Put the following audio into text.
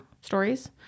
stories